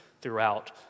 throughout